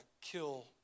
kill